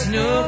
no